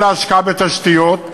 כל ההשקעה בתשתיות,